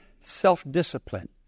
self-discipline